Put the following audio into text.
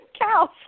cows